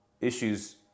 issues